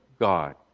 God